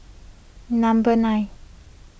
number nine